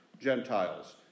Gentiles